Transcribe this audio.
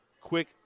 quick